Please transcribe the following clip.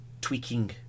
tweaking